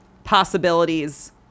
possibilities